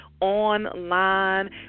online